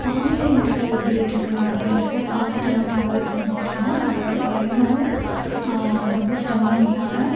வானிலை அறிக்கை எப்படி இருக்குது அப்படின்றத பார்த்துட்டு நம்ம ட்ராவல் பண்ணுறோம் அப்படினா நம்மளோட பயணமும் ரொம்ப சிரமம் இல்லாமல்